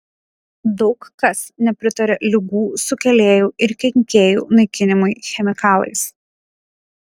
daug kas nepritaria ligų sukėlėjų ir kenkėjų naikinimui chemikalais